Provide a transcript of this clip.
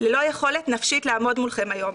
ללא יכולת נפשית לעמוד מולכם היום.